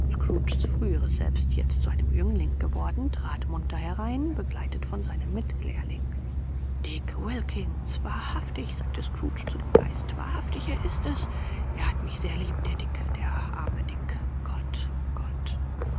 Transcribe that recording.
früheres selbst jetzt zu einem jüngling geworden trat munter herein begleitet von seinem mitlehrling dick wilkins wahrhaftig sagte scrooge zu dem geist wahrhaftig er ist es er hat mich sehr lieb der dick der arme dick gott gott